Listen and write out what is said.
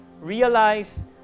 Realize